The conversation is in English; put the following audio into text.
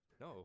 No